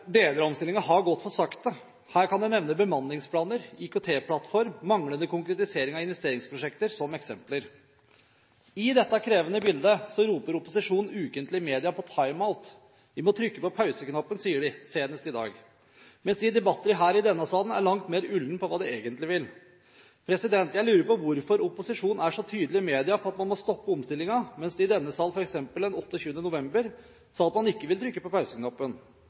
Deler av omstillingen har gått for sakte. Her kan jeg nevne bemanningsplaner, IKT-plattform, manglende konkretisering av investeringsprosjekter som eksempler. I dette krevende bildet roper opposisjonen ukentlig i media om «time-out». Vi må trykke på pauseknappen, sier de senest i dag, mens de i debatter her i denne salen er langt mer ulne på hva de egentlig vil. Jeg lurer på hvorfor opposisjonen er så tydelig i media på at man må stoppe omstillingen, mens man i denne salen, f.eks. den 28. november, sa at man ikke ville trykke på